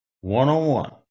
one-on-one